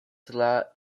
tra